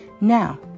Now